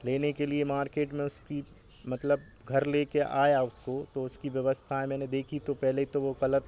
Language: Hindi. लेने के लिए मार्केट में उसकी मतलब घर लेकर आया उसको तो उसकी व्यवस्थाएँ मैंने देखी तो पहले तो वे कलर